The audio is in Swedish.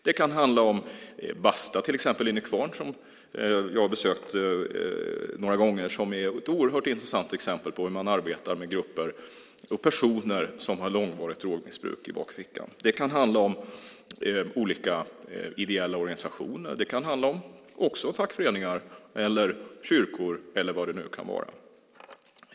Det kan handla om Basta i Nykvarn, som jag har besökt några gånger och som är ett oerhört intressant exempel på hur man arbetar med grupper och personer som har långvarigt drogmissbruk i bakgrunden. Det kan handla om olika ideella organisationer. Det kan också handla om fackföreningar, kyrkor eller vad det nu kan vara.